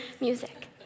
music